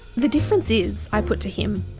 the difference is, i put to him,